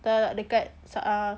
dekat